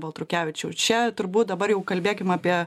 baltrukevičiau čia turbūt dabar jau kalbėkim apie